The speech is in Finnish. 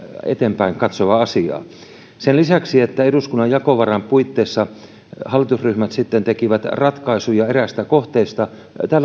eteenpäinkatsovaa asiaa sen lisäksi että eduskunnan jakovaran puitteissa hallitusryhmät sitten tekivät ratkaisuja eräistä kohteista